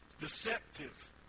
deceptive